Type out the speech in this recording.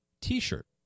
T-shirt